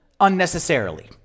unnecessarily